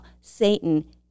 satan